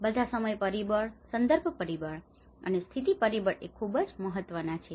આ બધા સમય પરિબળ સંદર્ભ પરિબળ અને સ્થિતિ પરિબળ એ ખૂબ જ મહત્વના છે